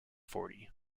forty